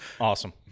Awesome